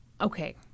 okay